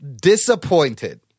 disappointed